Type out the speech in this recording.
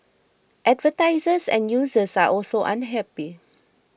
advertisers and users are also unhappy